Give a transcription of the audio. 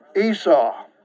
Esau